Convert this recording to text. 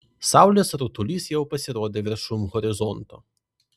saulės rutulys jau pasirodė viršum horizonto